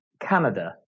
Canada